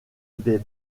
des